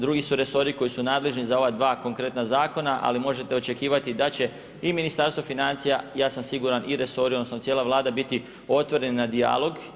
Drugi su resori koji su nadležni za ova 2 konkretna zakona, ali možete očekivati da će i Ministarstvo financija, ja sam siguran i resori, odnosno, cijela Vlada biti otvorena, dijalog.